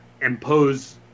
impose